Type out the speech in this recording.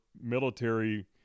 military